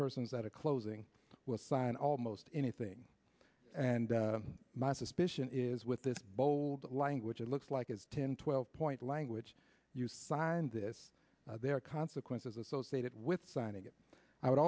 persons that are closing will sign almost anything and my suspicion is with this bold language it looks like it's ten twelve point language you sign this there are consequences associated with signing it i would